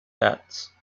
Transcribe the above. bats